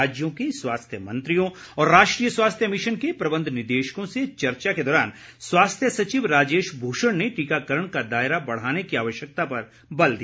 राज्यों के स्वास्थ्य मंत्रियों और राष्ट्रीय स्वास्थ्य मिशन के प्रबंध निदेशकों से चर्चा के दौरान स्वास्थ्य सचिव राजेश भूषण ने टीकाकरण का दायरा बढ़ाने की आवश्यकता पर बल दिया